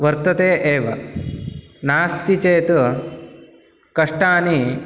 वर्तते एव नास्ति चेत् कष्टानि